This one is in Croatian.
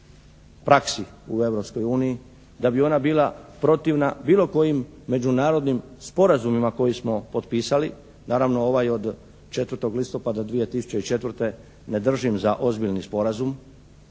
uniji, da bi ona bila protivna bilo kojim međunarodnim sporazumima koje smo potpisali, naravno ovaj od 4. listopada 2004. ne držim za ozbiljni sporazum.